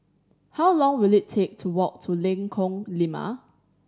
how long will it take to walk to Lengkong Lima